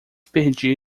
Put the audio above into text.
perdi